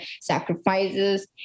sacrifices